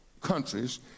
countries